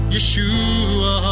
Yeshua